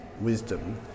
wisdom